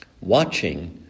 Watching